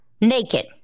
naked